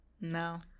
No